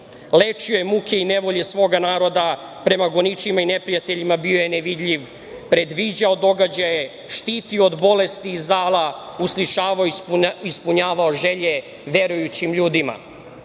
Lečio je muke i nevolje svoga naroda, prema goničima i neprijateljima bio je nevidljiv, predviđao događaje, štitio od bolesti i zala, uslišavao i ispunjavao želje verujućim ljudima.